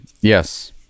Yes